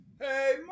Hey